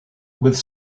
with